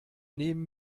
neben